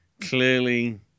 clearly